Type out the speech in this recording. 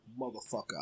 motherfucker